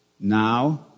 now